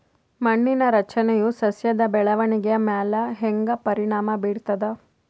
ಮಣ್ಣಿನ ರಚನೆಯು ಸಸ್ಯದ ಬೆಳವಣಿಗೆಯ ಮ್ಯಾಲ ಹ್ಯಾಂಗ ಪರಿಣಾಮ ಬೀರ್ತದ?